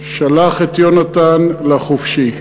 שלח את יונתן לחופשי.